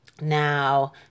Now